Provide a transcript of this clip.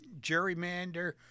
gerrymander